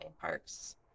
parks